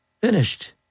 finished